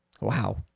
wow